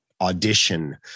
audition